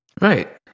Right